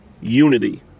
unity